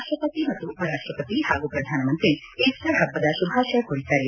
ರಾಷ್ಟಸತಿ ಮತ್ತು ಉಪರಾಷ್ಟಪತಿ ಹಾಗೂ ಪ್ರಧಾನಮಂತ್ರಿ ಈಸ್ಟರ್ ಹಬ್ಬದ ಶುಭಾಶಯ ಕೋರಿದ್ದಾರೆ